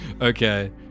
Okay